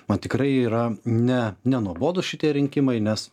man tikrai yra ne nenuobodūs šitie rinkimai nes